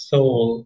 Soul